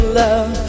love